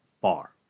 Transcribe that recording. far